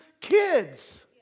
kids